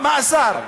עוד מאסר,